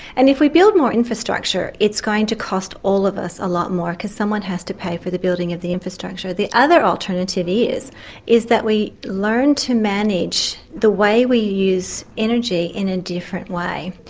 and if we build more infrastructure it's going to cost all of us a lot more because someone has to pay for the building of the infrastructure. the other alternative is is that we learn to manage the way we use energy in a different way,